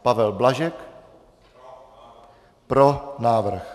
Pavel Blažek: Pro návrh.